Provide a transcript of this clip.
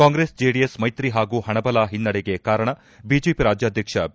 Congress JDS ಮೈತ್ರಿ ಹಾಗೂ ಹಣ ಬಲ ಹಿನ್ನೆಡೆಗೆ ಕಾರಣ ಬಿಜೆಪಿ ರಾಜ್ಯಾಧ್ಯಕ್ಷ ಬಿ